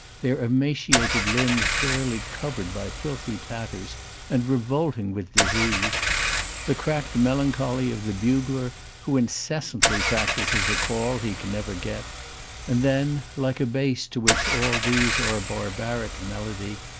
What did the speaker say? their emaciated limbs barely covered by filthy tatters and revolting with disease the cracked melan choly of the bugler who incessantly practises a call he can never get and then, like a bass to which all these are a barbaric melody,